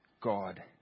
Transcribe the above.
God